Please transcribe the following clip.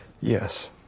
Yes